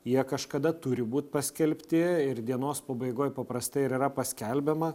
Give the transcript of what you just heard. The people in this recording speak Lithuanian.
jie kažkada turi būt paskelbti ir dienos pabaigoj paprastai ir yra paskelbiama